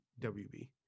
WB